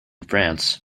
france